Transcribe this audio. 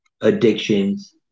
Addictions